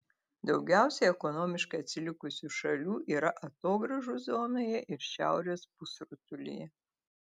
daugiausiai ekonomiškai atsilikusių šalių yra atogrąžų zonoje ir šiaurės pusrutulyje